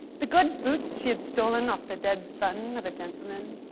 the good boots she had stolen off the dead son of a gentleman,